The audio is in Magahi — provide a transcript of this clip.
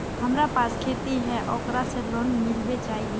हमरा पास खेती है ओकरा से लोन मिलबे जाए की?